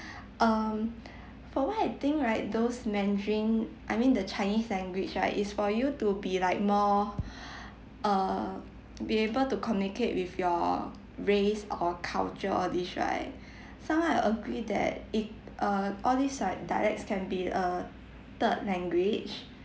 um for what I think right those mandarin I mean the chinese language right is for you to be like more uh be able to communicate with your race or culture all these right so I agree that it uh all these like dialects can be a third language